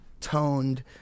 toned